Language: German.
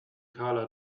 karla